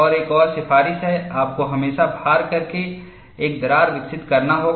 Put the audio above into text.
और एक और सिफारिश है आपको हमेशा भार करके एक दरार विकसित करना होगा